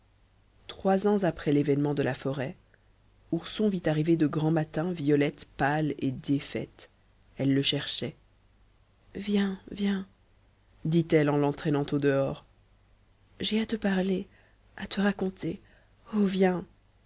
trois ans après l'événement de la forêt ourson vit arriver de grand matin violette pâle et défaite elle le cherchait viens viens dit-elle en l'entraînant au dehors j'ai à te parler à te raconter